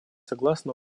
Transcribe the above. согласно